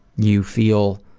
you feel,